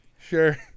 sure